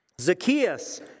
Zacchaeus